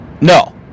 No